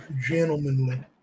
gentlemanly